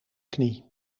knie